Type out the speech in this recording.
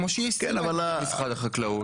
כמו שהיא הסירה את משרד החקלאות.